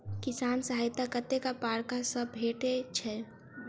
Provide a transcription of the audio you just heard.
किसान सहायता कतेक पारकर सऽ भेटय छै?